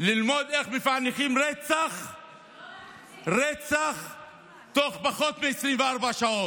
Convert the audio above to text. ללמוד איך מפענחים רצח תוך פחות מ-24 שעות.